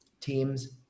teams